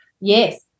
Yes